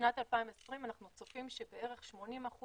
בשנת 2020 אנחנו צופים שבערך 80%